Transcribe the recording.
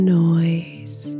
noise